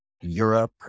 Europe